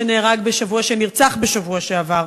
שנרצח בשבוע שעבר.